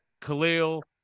Khalil